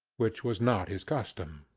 which was not his custom.